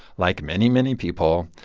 like many, many people,